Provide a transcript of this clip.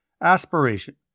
Aspiration